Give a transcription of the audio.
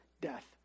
death